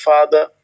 Father